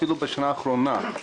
אפילו בשנה האחרונה.